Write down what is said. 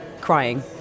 crying